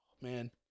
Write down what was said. man